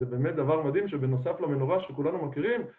זה באמת דבר מדהים שבנוסף למנורה שכולנו מכירים